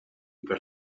per